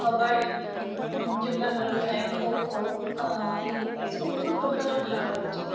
କବାଡ଼ି ଝିଅପିଲାଙ୍କର ବି ଥାଏ ଖୋ ଖୋ ଏସବୁ ବହୁତ ପ୍ରକାରର ଖେଳ ରହୁଛି